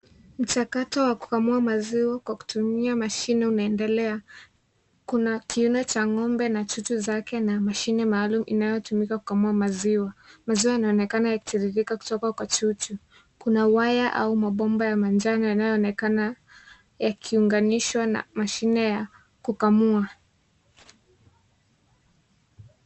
Mchakato wa kukamua maziwa kwa kutumia mashine ilunaendelea. Kuna kiuno cha ng'ombe na chuchu zake na mashine maalum inayotumika kukamua maziwa. Maziwa yanaonekana yakitiririka kutoka kwa chuchu. Kuna waya au mabomba ya manjano yanayoonekana yakiunganishwa na mashine ya kukamua.